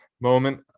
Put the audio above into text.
moment